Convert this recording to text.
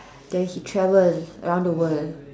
that he travel around the world